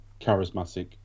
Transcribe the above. charismatic